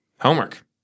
homework